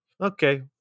okay